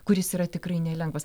kuris yra tikrai nelengvas